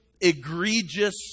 egregious